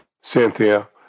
Cynthia